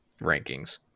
rankings